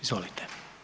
Izvolite.